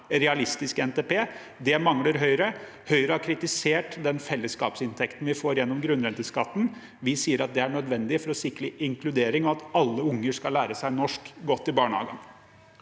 realistisk NTP. Det mangler Høyre. Høyre har kritisert fellesskapsinntekten vi får gjennom grunnrenteskatten, mens vi sier at det er nødvendig for å sikre inkludering og at alle unger skal lære seg norsk godt i barnehagen.